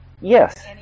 Yes